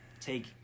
Take